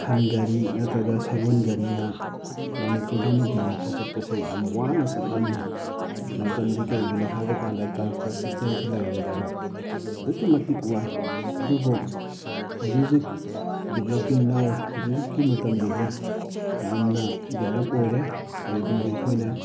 ꯁꯟꯒꯥꯔꯤ ꯅꯠꯇ꯭ꯔꯒ ꯁꯒꯣꯜ ꯒꯥꯔꯤꯅ ꯃꯅꯤꯄꯨꯔꯗꯩꯅ ꯗꯦꯜꯂꯤꯐꯧ ꯆꯠꯄꯁꯤ ꯌꯥꯝ ꯋꯥꯅ ꯆꯠꯂꯝꯃꯤ ꯃꯇꯝꯗꯤ ꯀꯩꯒꯤꯅꯣ ꯍꯥꯏꯕꯀꯥꯟꯗ ꯇ꯭ꯔꯥꯟꯁꯄꯣꯔꯠ ꯁꯤꯁꯇꯦꯝꯁꯨ ꯂꯩꯔꯝꯗꯕ ꯑꯗꯨꯛꯀꯤ ꯃꯇꯤꯛ ꯋꯥꯏ ꯑꯗꯨꯕꯨ ꯍꯧꯖꯤꯛ ꯍꯧꯖꯤꯛ ꯗꯤꯕꯂꯞꯄꯤꯡ ꯅꯥꯎ ꯍꯧꯖꯤꯛ ꯍꯧꯖꯤꯛꯀꯤ ꯃꯇꯝꯗꯗꯤ ꯌꯥꯝꯅ ꯗꯤꯕꯂꯞ ꯑꯣꯏꯔꯦ ꯀꯔꯤꯒꯨꯝꯕ ꯑꯩꯈꯣꯏꯅ